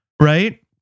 Right